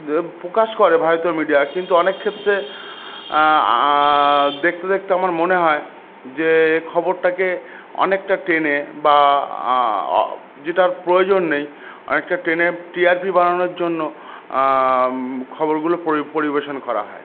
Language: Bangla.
প্রকাশ করে ভারতীয় মিডিয়া কিন্তু অনেক ক্ষেত্রে দেখতে দেখতে আমার মনে হয় যে খবরটাকে অনেকটা টেনে বা যেটার প্রয়োজন নেই অনেকটা টেনে টিআরপি বানানোর জন্য খবরগুলো পরিবেশন করা হয়